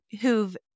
who've